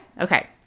Okay